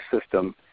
system